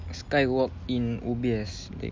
sky walk in O_B_S